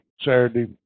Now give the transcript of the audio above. Saturday